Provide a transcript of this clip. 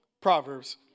Proverbs